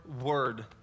word